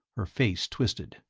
her face twisted.